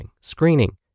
screening